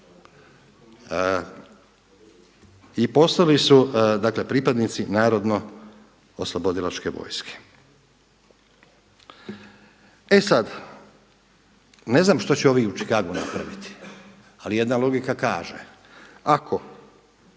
I … su, dakle pripadnici narodno oslobodilačke vojske. E sada, ne znam što će ovi u Čikagu napraviti ali jedna logika kaže ako